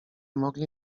mogli